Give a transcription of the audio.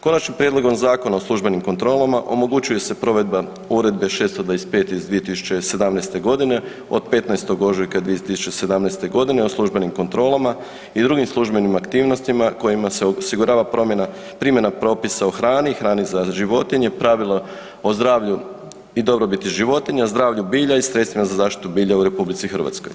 Konačnim prijedlogom Zakona o službenim kontrolama omogućuje se provedba Uredbe 645 iz 2017.g. od 15. ožujka 2017.g. o službenim kontrolama i drugim službenim aktivnostima kojima se osigurava primjena propisa o hrani, hrani za životinje, pravila o zdravlju i dobrobiti životinja, zdravlju bilja i sredstvima za zaštitu bilja u RH.